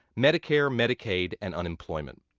medicare, medicaid and unemployment.